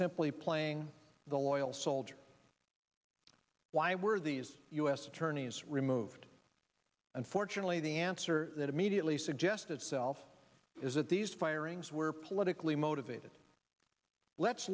simply playing the loyal soldier why were these u s attorneys removed unfortunately the answer that immediately suggest itself is that these firings were politically motivated let's